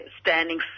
standing